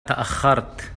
تأخرت